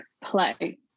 play